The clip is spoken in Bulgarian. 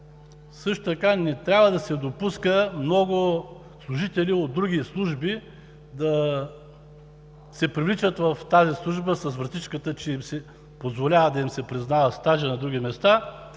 Също така не трябва да се допуска много служители от други служби да се привличат в тази служба през вратичката, че им се позволява да им се признава стажът на други места,